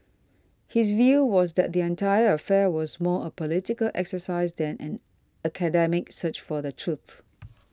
his view was that the entire affair was more a political exercise than an academic search for the truth